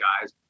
guys